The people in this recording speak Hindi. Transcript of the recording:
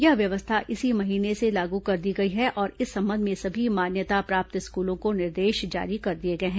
यह व्यवस्था इसी महीने से लागू कर दी गई है संबंध में सभी मान्यता प्राप्त स्कूलों को निर्देश जारी कर दिए गए हैं